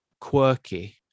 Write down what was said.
quirky